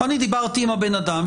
אני דיברתי עם האדם,